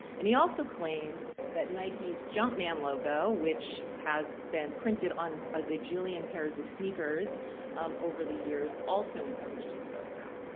and he also claimed that nike's jumpman logo, which has been printed on a gajillion pairs of sneakers over the years, also infringed his photograph.